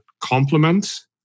complement